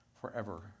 forever